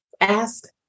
ask